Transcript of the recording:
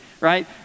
right